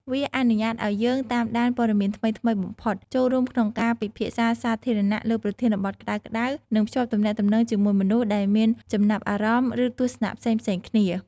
វាអនុញ្ញាតឱ្យយើងតាមដានព័ត៌មានថ្មីៗបំផុត ចូលរួមក្នុងការពិភាក្សាសាធារណៈលើប្រធានបទក្តៅៗ និងភ្ជាប់ទំនាក់ទំនងជាមួយមនុស្សដែលមានចំណាប់អារម្មណ៍ ឬទស្សនៈផ្សេងៗគ្នា។